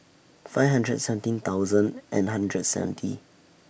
five hundred seventeen thousand and hundred seventy